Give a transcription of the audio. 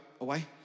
away